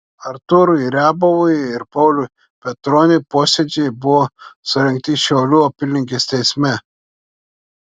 artūrui riabovui ir pauliui petroniui posėdžiai buvo surengti šiaulių apylinkės teisme